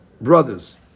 brothers